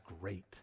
great